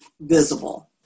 visible